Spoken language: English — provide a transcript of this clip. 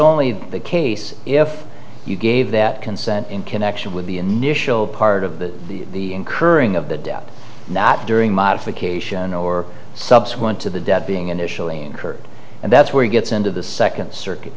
only the case if you gave that consent in connection with the initial part of the the incurring of the debt not during modification or subsequent to the debt being initially incurred and that's where it gets into the second circuit